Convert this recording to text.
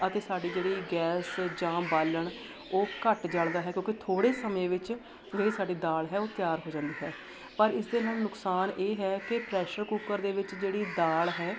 ਅਤੇ ਸਾਡੀ ਜਿਹੜੀ ਗੈਸ ਜਾਂ ਬਾਲਣ ਉਹ ਘੱਟ ਜਲਦਾ ਹੈ ਕਿਉਂਕਿ ਥੋੜ੍ਹੇ ਸਮੇਂ ਵਿੱਚ ਜਿਹੜੀ ਸਾਡੀ ਦਾਲ ਹੈ ਉਹ ਤਿਆਰ ਹੋ ਜਾਂਦੀ ਹੈ ਪਰ ਇਸਦੇ ਨਾਲ ਨੁਕਸਾਨ ਇਹ ਹੈ ਕਿ ਪ੍ਰੈਸ਼ਰ ਕੁੱਕਰ ਦੇ ਵਿੱਚ ਜਿਹੜੀ ਦਾਲ ਹੈ